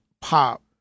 Pop